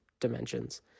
dimensions